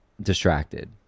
distracted